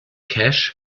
cash